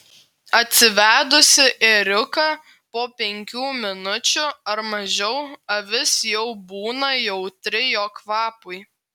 atsivedusi ėriuką po penkių minučių ar mažiau avis jau būna jautri jo kvapui